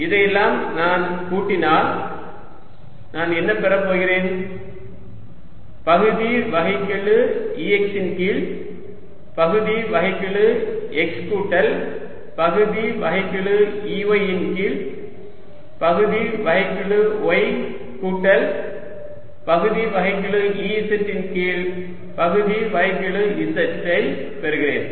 இதையெல்லாம் நான் கூட்டினால் நான் என்ன பெறப் போகிறேன் பகுதி வகைக்கெழு Ex ன் கீழ் பகுதி வகைக்கெழு x கூட்டல் பகுதி வகைக்கெழு Ey ன் கீழ் பகுதி வகைக்கெழு y கூட்டல் பகுதி வகைக்கெழு Ez ன் கீழ் பகுதி வகைக்கெழு z ஐ பெறுகிறேன்